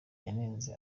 yanenze